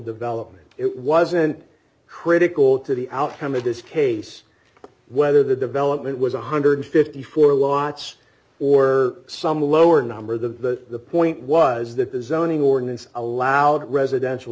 development it wasn't critical to the outcome of this case whether the development was one hundred and fifty four lots or some lower number the point was that the zoning ordinance allowed residential